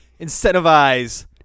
incentivize